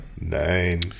Nine